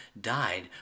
died